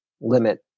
limit